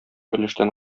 өлештән